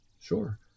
sure